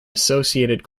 associated